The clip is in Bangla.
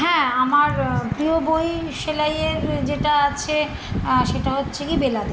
হ্যাঁ আমার প্রিয় বই সেলাইয়ের যেটা আছে সেটা হচ্ছে কি বেলা দে